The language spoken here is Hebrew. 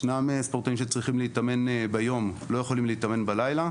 יש ספורטאים שצריכים להתאמן ביום ולא בלילה,